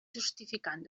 justificant